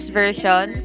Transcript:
version